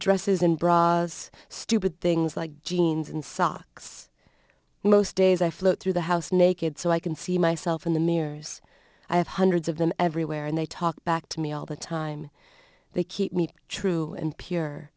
dresses and bras stupid things like jeans and socks most days i float through the house naked so i can see myself in the mirrors i have hundreds of them everywhere and they talk back to me all the time they keep me true and pure